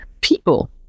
people